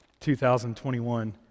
2021